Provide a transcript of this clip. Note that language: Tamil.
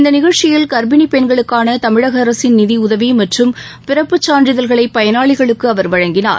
இந்த நிகழ்ச்சியில் கர்ப்பிணி பெண்களுக்கான தமிழக அரசின் நிதியுதவி மற்றும் பிறப்புச் சான்றிதழ்களை பயனாளிகளுக்கு அவர் வழங்கினார்